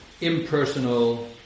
impersonal